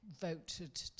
voted